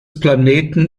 planeten